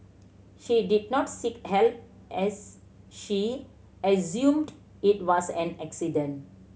she did not seek help as she assumed it was an accident